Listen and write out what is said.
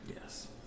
Yes